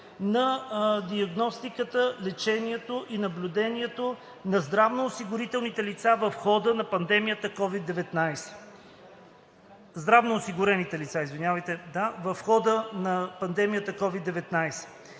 на диагностиката, лечението и наблюдението на здравноосигурените лица в хода на пандемията COVID-19.